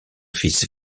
fils